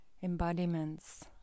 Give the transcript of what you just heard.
embodiments